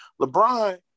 LeBron